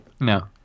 no